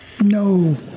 no